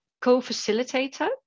co-facilitator